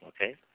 okay